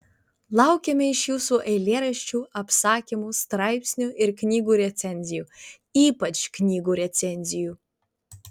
laukiame iš jūsų eilėraščių apsakymų straipsnių ir knygų recenzijų ypač knygų recenzijų